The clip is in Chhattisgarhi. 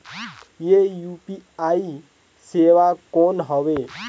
ये यू.पी.आई सेवा कौन हवे?